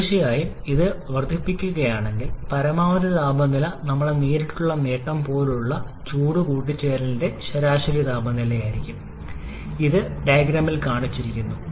തീർച്ചയായും ഇത് വർദ്ധിപ്പിക്കുകയാണെങ്കിൽ പരമാവധി താപനില നമ്മുടെ നേരിട്ടുള്ള നേട്ടം പോലുള്ള ചൂട് കൂടിച്ചേരലിന്റെ ശരാശരി താപനിലയിലായിരിക്കും ഇത് ഡയഗ്രാമിൽ കാണിച്ചിരിക്കുന്നു